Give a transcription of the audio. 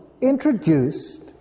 introduced